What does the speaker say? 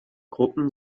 gruppen